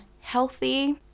healthy